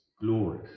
glory